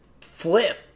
flip